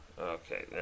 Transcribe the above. Okay